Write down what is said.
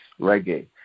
reggae